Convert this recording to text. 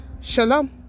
Shalom